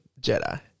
Jedi